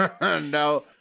No